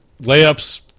layups